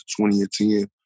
2010